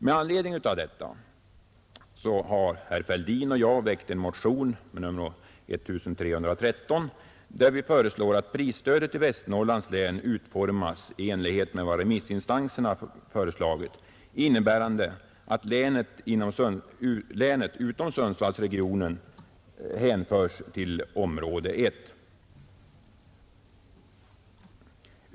Med anledning av detta har herr Fälldin och jag väckt en motion med nr 1313, där vi föreslår att prisstödet i Västernorrlands län utformas i enlighet med vad remissinstanserna föreslagit, vilket innebär att länet utom Sundsvallsregionen hänförs till område I.